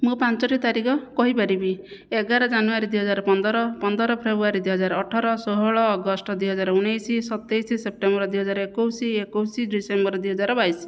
ମୁଁ ପାଞ୍ଚଟି ତାରିଖ କହିପାରିବି ଏଗାର ଜାନୁଆରୀ ଦୁଇହଜାର ପନ୍ଦର ପନ୍ଦର ଫେବୃଆରୀ ଦୁଇହଜାର ଅଠର ଷୋହଳ ଅଗଷ୍ଟ ଦୁଇହଜାର ଉଣେଇଶ ସତେଇଶ ସେପ୍ଟେମ୍ବର ଦୁଇହଜାର ଏକୋଇଶ ଏକୋଇଶ ଡିସେମ୍ବର ଦୁଇହଜାର ବାଇଶ